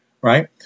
right